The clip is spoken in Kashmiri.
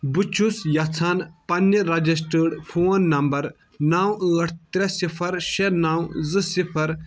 بہٕ چھُس یژھان پننہِ رجَسٹرڈ فون نمبر نَو ٲٹھ ترٛےٚ صِفَر شےٚ نَو زٕ صِفَر